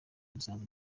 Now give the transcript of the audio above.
musanze